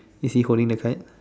is he holding the thread